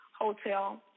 Hotel